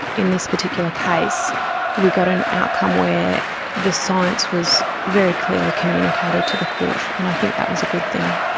in this particular case we got an outcome where the science was very clearly communicated to the court, and i think that was a good thing.